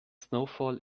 snowfall